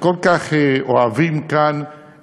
שכל כך אוהבים כאן